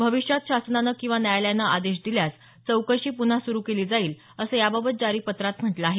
भविष्यात शासनानं किंवा न्यायालयानं आदेश दिल्यास चौकशी पुन्हा सुरू केली जाईल असं याबाबत जारी पत्रात म्हटलं आहे